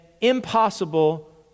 impossible